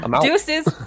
deuces